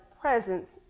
presence